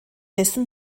dessen